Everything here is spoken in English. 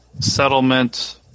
settlement